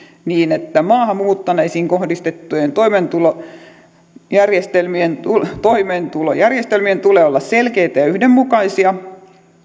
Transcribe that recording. niin että maahan muuttaneisiin kohdistettujen toimeentulojärjestelmien toimeentulojärjestelmien tulee olla selkeitä ja yhdenmukaisia